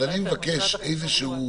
אז אני מבקש איזשהו